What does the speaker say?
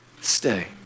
stay